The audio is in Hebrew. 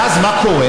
ואז, מה קורה?